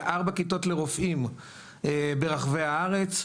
4 כיתות לרופאים ברחבי הארץ.